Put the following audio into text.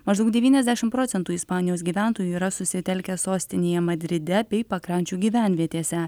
maždaug devyniasdešim procentų ispanijos gyventojų yra susitelkę sostinėje madride bei pakrančių gyvenvietėse